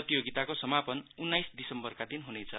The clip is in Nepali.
प्रतियोगिताको समापन उन्नाइस दिसम्बरका दिन हुनेछ